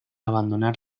abandonar